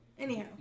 Anyhow